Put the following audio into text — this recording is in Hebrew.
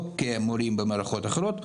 או כמורים במערכות אחרות,